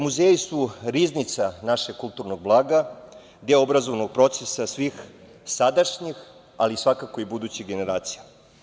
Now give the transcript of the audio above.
Muzeji su riznica našeg kulturnog blaga, deo obrazovnog procesa svih sadašnjih, ali svakako i budućih generacija.